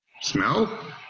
Smell